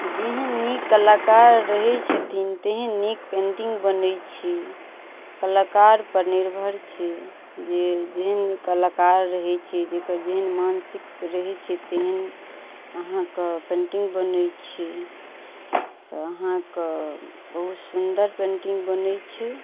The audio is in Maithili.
जेहन नीक कलाकार रहय छथिन तेहन नीक पेन्टिंग बनय छी कलाकारपर निर्भर छै जे जेहन कलाकार रहय छै जकर जेहन मानसिक रहय छै तेहन अहाँके पेन्टिंग बनय छी तऽ अहाँके बहुत सुन्दर पेन्टिंग बनय छै